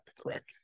Correct